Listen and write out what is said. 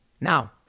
Now